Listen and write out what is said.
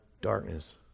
darkness